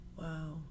wow